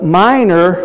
minor